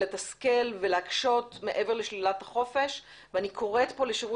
לתסכל ולהקשות מעבר לשלילת החופש ואני קוראת כאן לשירות